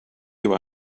you